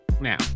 now